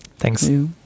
Thanks